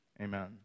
Amen